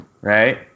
right